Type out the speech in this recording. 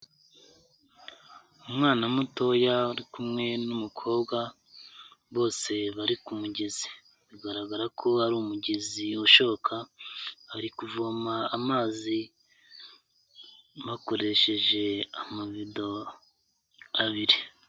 Umwana mutoya ari kumwe n'umukobwa, bose bari ku mugezi. Bigaragara ko ari umugezi ushoka, bari kuvoma amazi bakoresheje amavido abiri.